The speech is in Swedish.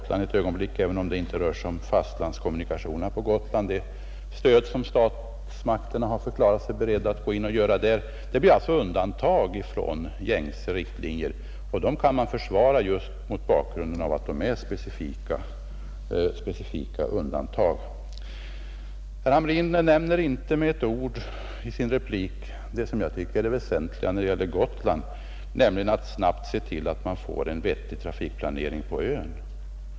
åtgärder för ett ögonblick även om det inte avser fastlandskommunikationerna för = att förbättra trans Gotland — blir alltså undantag från gängse riktlinjer, och dem kan man POrtförsörjningen försvara just därför att de är specifika undantag. på Gotland Herr Hamrin nämner inte med ett ord i sin replik det som jag tycker är det väsentliga när det gäller Gotland, nämligen att snabbt se till att man får en vettig trafikplanering på ön.